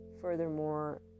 furthermore